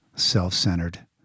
self-centered